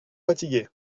fatiguée